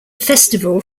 festival